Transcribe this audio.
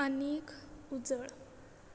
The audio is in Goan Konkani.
आनीक उजळ